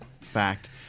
fact